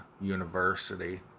University